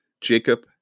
Jacob